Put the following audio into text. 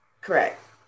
Correct